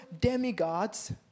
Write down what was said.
demigods